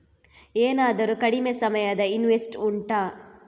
ಏನಾದರೂ ಕಡಿಮೆ ಸಮಯದ ಇನ್ವೆಸ್ಟ್ ಉಂಟಾ